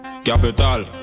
Capital